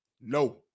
no